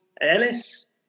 Ellis